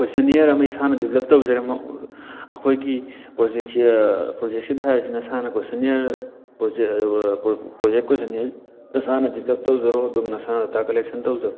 questionnaire ꯑꯃ ꯏꯁꯥꯅ ꯗꯤꯕꯂꯕ ꯇꯧꯖꯔꯝꯃ ꯑꯩꯈꯣꯏꯒꯤ ꯄꯔꯣꯖꯦꯛꯁꯦ ꯄ꯭ꯔꯣꯖꯦꯛꯁꯤꯗ ꯍꯥꯏꯔꯤꯁꯤ ꯅꯁꯥꯅ ꯀꯣꯏꯁꯟꯅꯤꯌꯔ ꯄ꯭ꯔꯣꯖꯦꯛ ꯄ꯭ꯔꯣꯖꯦꯛ ꯀꯣꯏꯁꯟꯅꯤꯌꯔ ꯅꯁꯥꯅ ꯗꯤꯕꯂꯕ ꯇꯧꯖꯔꯣ ꯑꯗꯨꯒ ꯅꯁꯥꯅ ꯗꯥꯇꯥ ꯀꯂꯦꯛꯁꯟ ꯇꯧꯖꯔꯣ